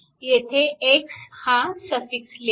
येथे x हा suffix लिहा